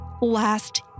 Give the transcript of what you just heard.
last